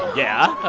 yeah.